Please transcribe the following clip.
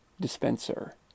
dispenser